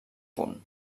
punt